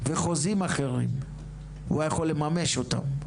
וחוזים אחרים והוא היה יכול לממש אותם.